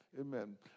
Amen